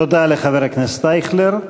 תודה לחבר הכנסת אייכלר.